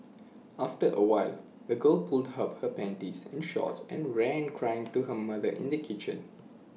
after A while the girl pulled up her panties and shorts and ran crying to her mother in the kitchen